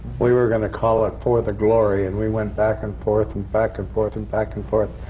we were going to call it for the glory, and we went back and forth, and back and forth, and back and forth.